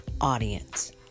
audience